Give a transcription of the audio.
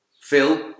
Phil